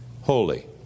holy